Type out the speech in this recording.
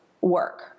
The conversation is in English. work